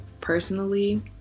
personally